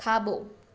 खाॿो